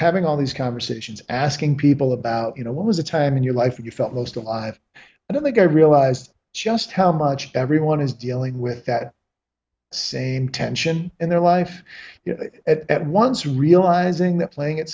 having all these conversations asking people about you know what was a time in your life that you felt most alive and i think i realized just how much everyone is dealing with that same tension in their life at once realizing that playing it